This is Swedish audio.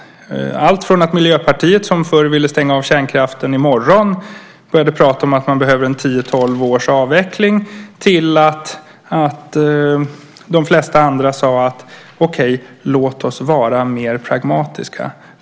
Det var allt från att Miljöpartiet som förr ville stänga av kärnkraften i morgon började prata om att det behövs tio tolv års avveckling till att de flesta andra sade: Okej. Låt oss vara mer pragmatiska.